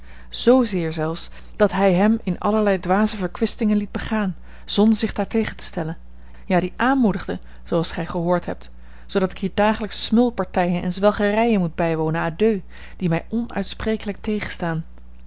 zoo zeer zelfs dat hij hem in allerlei dwaze verkwistingen liet begaan zonder zich daar tegen te stellen ja die aanmoedigde zooals gij gehoord hebt zoodat ik hier dagelijks smulpartijen en zwelgerijen moet bijwonen à deux die mij onuitsprekelijk tegenstaan